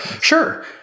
sure